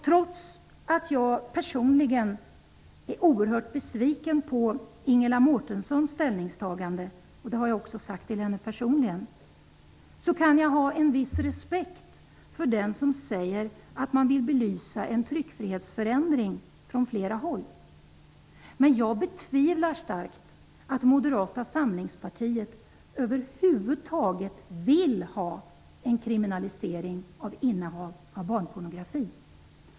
Trots att jag personligen är oerhört besviken på Ingela Mårtenssons ställningstagande, vilket jag också har sagt till henne personligen, kan jag ha en viss respekt för den som säger att man vill belysa frågan om en tryckfrihetsförändring från flera håll. Men jag betvivlar starkt att Moderata samlingspartiet över huvud taget vill ha en kriminalisering av innehav av barnpornografi.